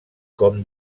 com